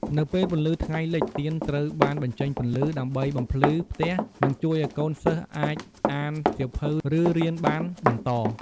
នៅពេលពន្លឺថ្ងៃលិច ទៀនត្រូវបានបញ្ចេញពន្លឺ ដើម្បីបំភ្លឺផ្ទះនិងជួយឱ្យកូនសិស្សអាចអានសៀវភៅឬរៀនបានបន្ត។